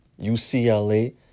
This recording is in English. UCLA